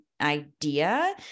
idea